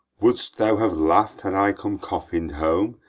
wouldst thou have laugh'd had i come coffin'd home,